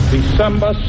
December